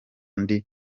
andi